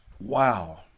Wow